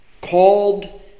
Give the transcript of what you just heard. called